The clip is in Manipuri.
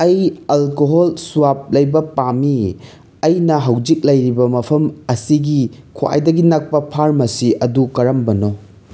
ꯑꯩ ꯑꯜꯀꯣꯍꯣꯜ ꯁ꯭ꯋꯥꯞ ꯂꯩꯕ ꯄꯥꯝꯃꯤ ꯑꯩꯅ ꯍꯧꯖꯤꯛ ꯂꯩꯔꯤꯕ ꯃꯐꯝ ꯑꯁꯤꯒꯤ ꯈ꯭ꯋꯥꯏꯗꯒꯤ ꯅꯛꯄ ꯐꯥꯔꯃꯥꯁꯤ ꯑꯗꯨ ꯀꯔꯝꯕꯅꯣ